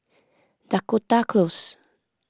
Dakota Close